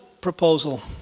proposal